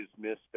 missed